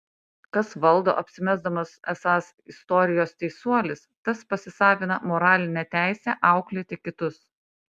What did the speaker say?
kas valdo apsimesdamas esąs istorijos teisuolis tas pasisavina moralinę teisę auklėti kitus